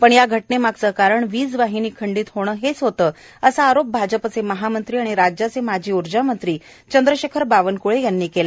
पण या घटनेमागचे कारण वीज वाहीनी खंडीत होणे हेच होते असा आरोप भाजपचे महामंत्री आणि राज्याचे माजी उर्जामंत्री चंद्रशेखर बावनकळे यांनी केला